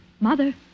Mother